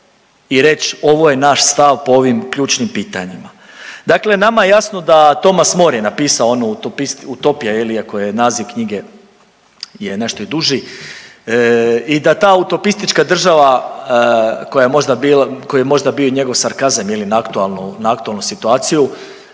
i reć ovo je naš stav po ovim ključnim pitanjima. Dakle, nama je jasno da Tomas Moore je napisao onu utopija iako je naziv knjige je nešto i duži i da ta utopistička država koja je možda koji je možda bio i njegov sarkazam na aktualnu situaciju,